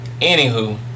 anywho